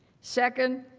second,